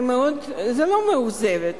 אני מאוד, לא מאוכזבת.